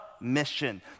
mission